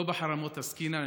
לא בחרמות עסקינן.